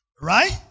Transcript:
Right